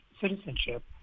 citizenship